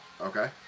Okay